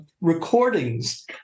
recordings